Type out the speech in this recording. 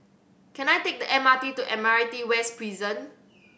can I take the M R T to Admiralty West Prison